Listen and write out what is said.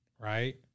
right